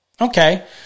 okay